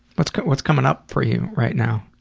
what's what's coming up for you right now?